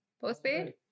postpaid